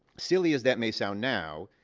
silly as that may sound now,